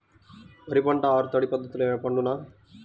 వరి పంట ఆరు తడి పద్ధతిలో పండునా?